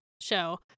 show